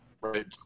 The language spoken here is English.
Right